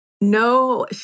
No